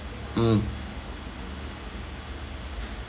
mm